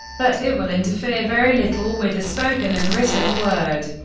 but it will interfere very little with the spoken and written word.